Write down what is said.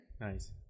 Nice